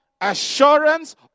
assurance